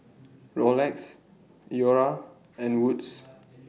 Rolex Iora and Wood's